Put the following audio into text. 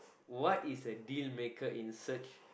what is a dealmaker in search